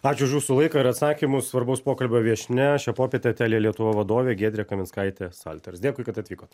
ačiū už jūsų laiką ir atsakymus svarbaus pokalbio viešnia šią popietę telia lietuva vadovė giedrė kaminskaitė salters dėkui kad atvykot